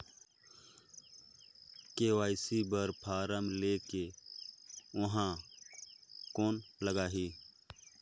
KYC बर form ले के ऊहां कौन लगही?